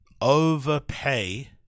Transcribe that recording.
overpay